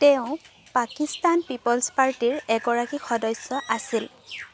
তেওঁ পাকিস্তান পিপলছ্ পাৰ্টিৰ এগৰাকী সদস্য আছিল